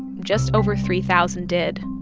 just over three thousand did,